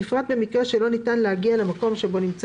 בפרט למקרה שלא ניתן להגיע למקום בו נמצא